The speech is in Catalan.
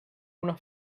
una